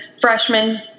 freshman